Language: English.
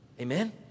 amen